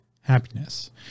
happiness